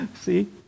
See